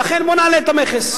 לכן בוא נעלה את המכס.